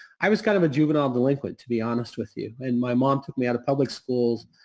i was kind of a juvenile delinquent, to be honest with you. and my mom took me out of public schools,